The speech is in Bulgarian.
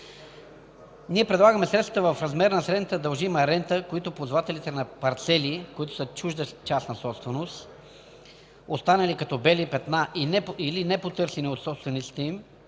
Предлагаме средствата в размер на средната дължима рента, които ползвателите на парцели, които са чужда частна собственост, останали като бели петна или непотърсени от собствениците им